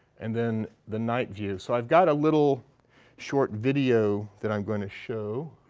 and then the night view. so i've got a little short video that i'm going to show.